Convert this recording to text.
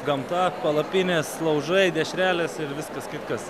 gamta palapinės laužai dešrelės ir viskas kitkas